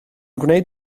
gwneud